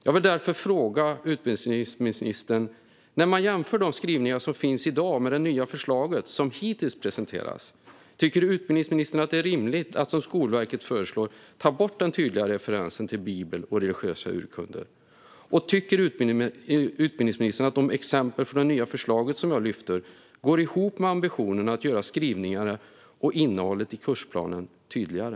Jag vill därför fråga utbildningsministern: När man jämför de skrivningar som finns i dag med det nya förslaget, så som det hittills presenterats, tycker utbildningsministern att det är rimligt att som Skolverket föreslår ta bort den tydliga referensen till Bibeln och religiösa urkunder? Och tycker utbildningsministern att de exempel från det nya förslaget som jag lyft fram går ihop med ambitionen att göra skrivningarna och innehållet i kursplanen tydligare?